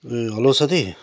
ए hello साथी